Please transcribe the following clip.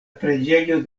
preĝejo